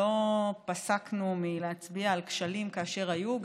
לא פסקנו מלהצביע על כשלים כאשר היו,